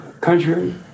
country